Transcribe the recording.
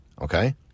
okay